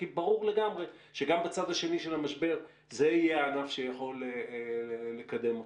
כי ברור לגמרי שגם בצד השני של המשבר זה יהיה הענף שיכול לקדם אותנו.